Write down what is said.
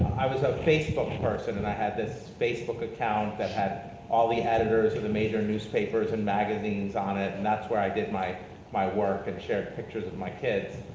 i was a facebook person and i had this facebook account that had all the editors of the major newspapers and magazines on it, and that's where i did my my work and shared pictures of my kids.